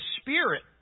spirit